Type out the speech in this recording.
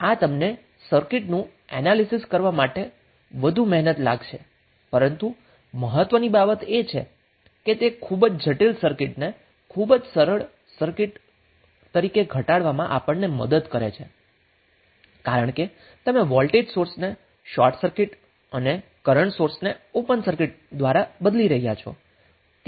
તેથી આ તમને સર્કિટનું એનાલીસીસ કરવા માટે વધુ મહેનત લાગાવશે પરંતુ મહત્વની બાબત એ છે કે તે ખૂબ જ જટિલ સર્કિટને ખૂબ જ સરળ સર્કિટમાં ઘટાડવામાં આપાણને મદદ કરે છે કારણ કે તમે વોલ્ટેજ સોર્સને શોર્ટ સર્કિટ અને કરન્ટ સોર્સને ઓપન સર્કિટ દ્વારા બદલી રહ્યા છો